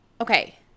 Okay